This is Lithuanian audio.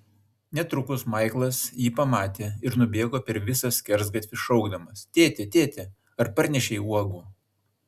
netrukus maiklas jį pamatė ir nubėgo per visą skersgatvį šaukdamas tėti tėti ar parnešei uogų